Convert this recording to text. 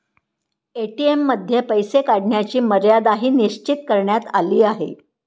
ATM मध्ये पैसे काढण्याची मर्यादाही निश्चित करण्यात आली आहे